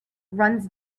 runs